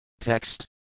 Text